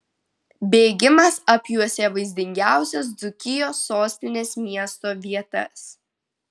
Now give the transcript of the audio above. bėgimas apjuosė vaizdingiausias dzūkijos sostinės miesto vietas